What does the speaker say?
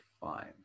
fine